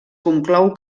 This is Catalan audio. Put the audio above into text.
conclou